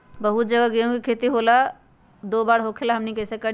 बहुत जगह गेंहू के खेती दो बार होखेला हमनी कैसे करी?